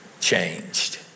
changed